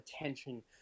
attention